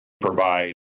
provide